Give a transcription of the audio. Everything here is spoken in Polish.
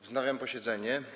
Wznawiam posiedzenie.